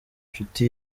inshuti